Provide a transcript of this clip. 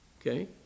okay